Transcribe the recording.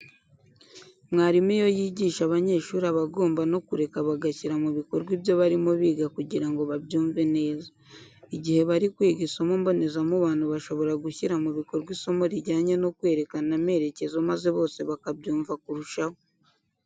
Mwarimu iyo yigisha abanyeshuri aba agomba no kureka bagashyira mu bikorwa ibyo barimo biga kugira ngo babyumve neza. Igihe bari kwiga isomo mbonezamubano bashobora gushyira mu bikorwa isomo rijyanye no kwerekana amerekezo maze bose bakabyumva kurushaho.